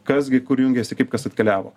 kas gi kur jungiasi kaip kas atkeliavo